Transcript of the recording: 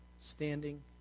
standing